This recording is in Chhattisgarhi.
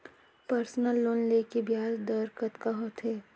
पर्सनल लोन ले के ब्याज दर कतका होथे?